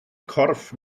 corff